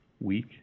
week